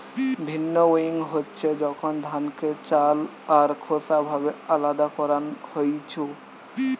ভিন্নউইং হচ্ছে যখন ধানকে চাল আর খোসা ভাবে আলদা করান হইছু